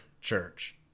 church